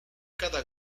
cada